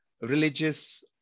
religious